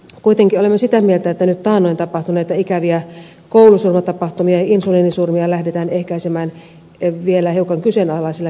kuitenkin olemme sitä mieltä että nyt taannoin tapahtuneita ikäviä koulusurmatapahtumia insuliinisurmia lähdetään ehkäisemään vielä hiukan kyseenalaisilla keinoilla